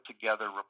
together